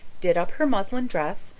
did up her muslin dress,